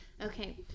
Okay